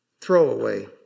throwaway